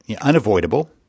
unavoidable